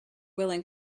willing